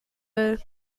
will